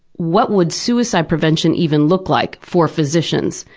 what would suicide prevention even look like for physicians?